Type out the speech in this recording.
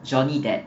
johnny depp